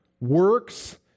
works